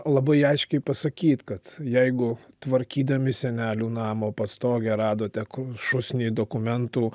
labai aiškiai pasakyt kad jeigu tvarkydami senelių namo pastogę radote šūsnį dokumentų